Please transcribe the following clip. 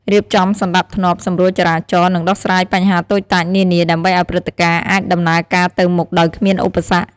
រៀបចំសណ្ដាប់ធ្នាប់ សម្រួលចរាចរណ៍ និងដោះស្រាយបញ្ហាតូចតាចនានា ដើម្បីឱ្យព្រឹត្តិការណ៍អាចដំណើរការទៅមុខដោយគ្មានឧបសគ្គ។